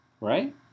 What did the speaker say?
right